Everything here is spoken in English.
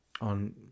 on